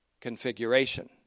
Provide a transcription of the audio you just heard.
configuration